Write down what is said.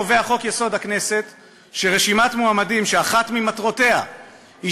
קובע חוק-יסוד: הכנסת שרשימת מועמדים שאחת ממטרותיה היא